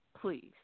Please